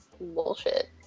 bullshit